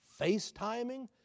FaceTiming